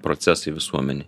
procesai visuomenėj